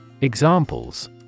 Examples